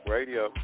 Radio